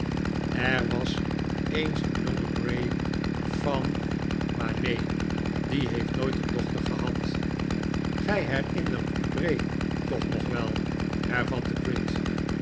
er was eens een jonge bray van maar neen die heeft nooit een dochter gehad gij herinnert u bray toch nog wel hervatte